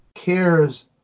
Cares